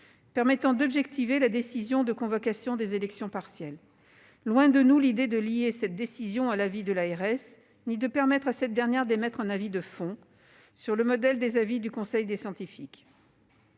permettant d'objectiver la décision de convocation des élections partielles. Loin de nous l'idée de lier cette décision à l'avis de l'ARS ni de permettre à cette dernière d'émettre un avis « de fond » sur le modèle des avis du conseil scientifique.